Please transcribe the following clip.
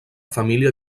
família